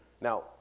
Now